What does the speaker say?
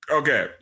okay